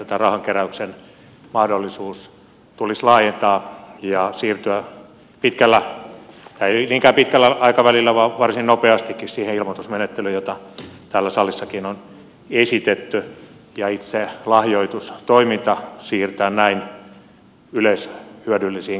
tätä rahankeräyksen mahdollisuutta tulisi laajentaa ja siirtyä pitkällä tai ei niinkään pitkällä aikavälillä vaan varsin nopeastikin siihen ilmoitusmenettelyyn jota täällä salissakin on esitetty ja itse lahjoitustoiminta siirtää näin yleishyödyllisiin kohteisiin